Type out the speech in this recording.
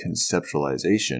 conceptualization